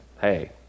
Hey